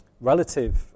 Relative